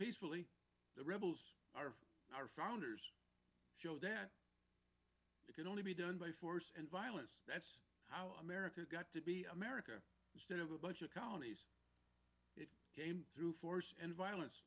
peacefully the rebels are our founders show that it can only be done by force and violence that's how america got to be america instead of a bunch of colonies it came through force and violence